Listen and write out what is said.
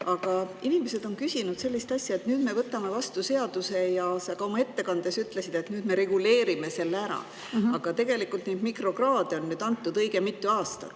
Aga inimesed on küsinud sellist asja. Nüüd me võtame vastu seaduse, ja sa ka oma ettekandes ütlesid, et nüüd me reguleerime selle ära, aga tegelikult on mikrokraade antud õige mitu aastat.